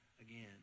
again